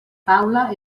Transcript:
taula